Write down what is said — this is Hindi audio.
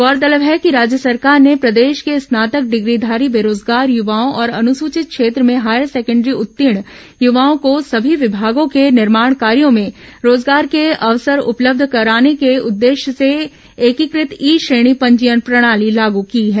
गौरतलब है कि राज्य सरकार ने प्रदेश के स्नातक डिग्रीघारी बेरोजगार युवाओं और अनुसूचित क्षेत्र में हायर सेकेंडरी उत्तीर्ण युवाओं को सभी विभागों के निर्माण कार्यो में रोजगार के अवसर उपलब्ध कराने के उद्देश्य से एकीकृत ई श्रेणी पंजीयन प्रणाली लागू की है